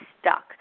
stuck